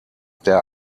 der